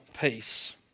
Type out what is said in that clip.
peace